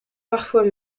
parfois